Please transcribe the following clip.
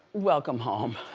welcome home.